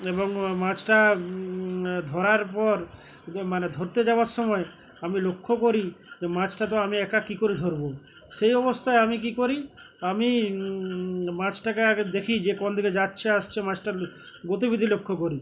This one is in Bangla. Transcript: এবং মাছটা ধরার পর মানে ধরতে যাওয়ার সময় আমি লক্ষ্য করি যে মাছটা তো আমি একা কী করে ধরবো সেই অবস্থায় আমি কী করি আমি মাছটাকে আগে দেখি যে কোন দিকে যাচ্ছে আসছে মাছটার গতিবিধি লক্ষ্য করি